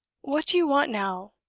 what do you want now?